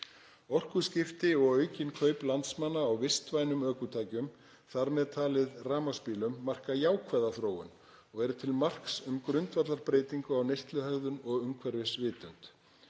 Orkuskipti og aukin kaup landsmanna á vistvænum ökutækjum, þ.m.t. rafmagnsbílum, marka jákvæða þróun og eru til marks um grundvallarbreytingu á neysluhegðun og umhverfisvitund.